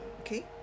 okay